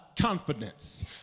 confidence